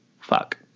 fuck